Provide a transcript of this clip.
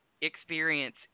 experience